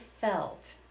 felt